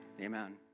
amen